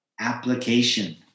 application